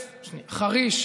חריש,